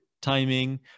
timing